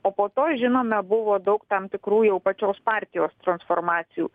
o po to žinome buvo daug tam tikrų jau pačios partijos transformacijų